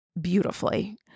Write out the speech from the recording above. beautifully